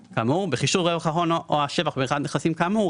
בחישוב רווח ההון או השבח במכירת נכסים כאמור,